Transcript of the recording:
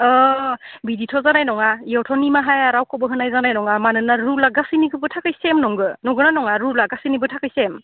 अ बिथिद' जानाय नङा बेयावथ' निमाहाया रावखौबो होनाय जानाय नङा मानोना रुलआ गासैनिबो थाखाय सेम नंगौ नंगौना नङा रुलआ गासैनिबो थाखाय सेम